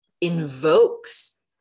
invokes